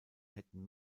hätten